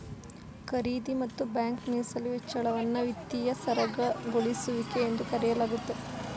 ಖರೀದಿ ಮತ್ತು ಬ್ಯಾಂಕ್ ಮೀಸಲು ಹೆಚ್ಚಳವನ್ನ ವಿತ್ತೀಯ ಸರಾಗಗೊಳಿಸುವಿಕೆ ಎಂದು ಕರೆಯಲಾಗುತ್ತೆ